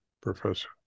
Professor